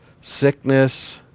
sickness